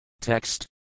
Text